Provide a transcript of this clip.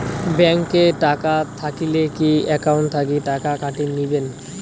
Bank এ টাকা থাকিলে কি একাউন্ট থাকি টাকা কাটি নিবেন?